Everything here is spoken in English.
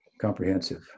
comprehensive